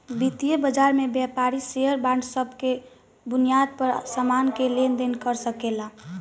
वितीय बाजार में व्यापारी शेयर बांड सब के बुनियाद पर सामान के लेन देन कर सकेला